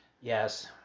Yes